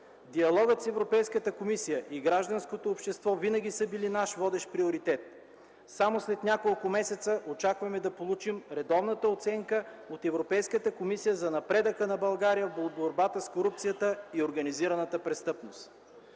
Диалогът с Европейската комисия и гражданското общество винаги са били наш водещ приоритет. Само след няколко месеца очакваме да получим редовната оценка от Европейската комисия за напредъка на България в борбата срещу корупцията и организираната престъпност.